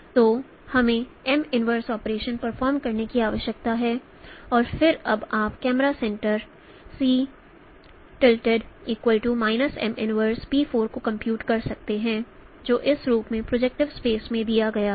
तो हमें M 1 operation perform करने की आवश्यकता है और फिर अब आप कैमरा सेंटरC M 1p4 को कंप्यूट कर सकते हैं जो इस रूप में प्रोजेक्टिव स्पेस में दिया गया है